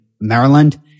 Maryland